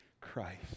Christ